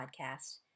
Podcast